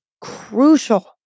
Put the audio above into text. crucial